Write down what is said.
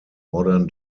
modern